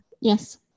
yes